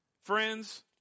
Friends